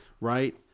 right